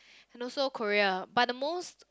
and also Korea but the most